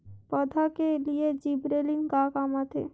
पौधा के लिए जिबरेलीन का काम आथे?